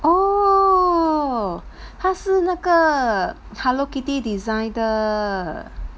oo 他是那个 hello kitty design 的